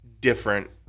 different